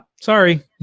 sorry